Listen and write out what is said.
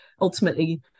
ultimately